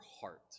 heart